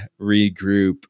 regroup